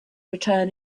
return